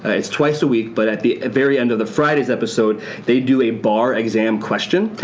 ah it's twice a week but at the very end of the friday episode they do a bar exam question.